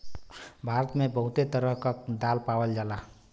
भारत मे बहुते तरह क दाल पावल जाला